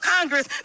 Congress